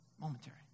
momentary